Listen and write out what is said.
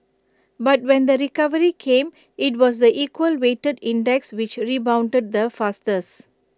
but when the recovery came IT was the equal weighted index which rebounded the fastest